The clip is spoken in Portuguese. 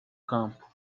campo